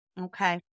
okay